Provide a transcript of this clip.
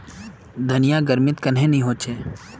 धनिया गर्मित कन्हे ने होचे?